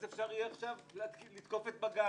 אז אפשר יהיה לתקוף את בג"ץ.